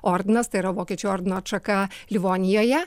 ordinas tai yra vokiečių ordino atšaka livonijoje